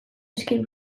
escape